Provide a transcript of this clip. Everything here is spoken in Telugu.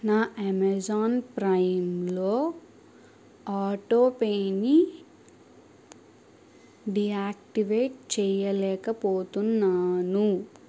నా అమెజాన్ ప్రైమ్లో ఆటోపేని డియాక్టివేట్ చేయలేకపోతున్నాను